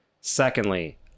secondly